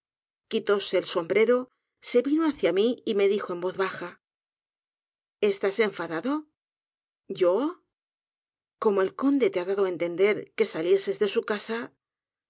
quitóse el sombrero se vino hacia mí y me dijo en voz baja estás enfadado yo como el conde te ha dado á entender que salieses de su casa